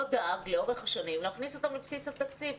לא דאג לאורך השנים להכניס אותם לבסיס התקציב?